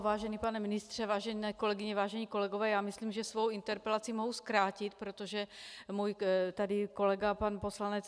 Vážený pane ministře, vážené kolegyně, vážení kolegové, já myslím, že svou interpelaci mohu zkrátit, protože můj kolega pan poslanec